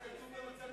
כך כתוב במצע קדימה.